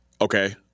Okay